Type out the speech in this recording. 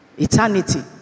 eternity